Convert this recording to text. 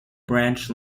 branch